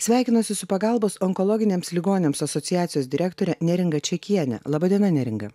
sveikinuosi su pagalbos onkologiniams ligoniams asociacijos direktore neringa čiakiene laba diena neringa